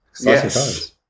Yes